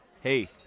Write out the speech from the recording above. hey